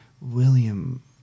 William